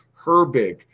Herbig